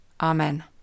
Amen